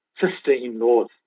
sister-in-laws